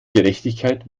gerechtigkeit